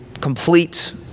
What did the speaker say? complete